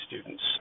students